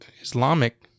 Islamic